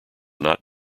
not